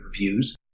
reviews